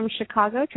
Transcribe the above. Chicago